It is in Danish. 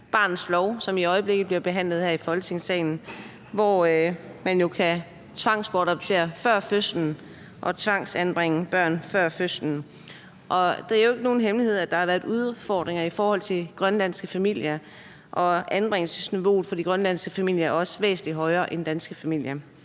barnets lov, som i øjeblikket bliver behandlet her i Folketingssalen, hvor man kan tvangsbortadoptere før fødslen og tvangsanbringe børn før fødslen. Det er jo ikke nogen hemmelighed, at der har været udfordringer i forhold til grønlandske familier, og anbringelsesniveauet for de grønlandske familier er også væsentlig højere end for danske familier.